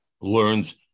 learns